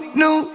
new